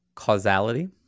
causality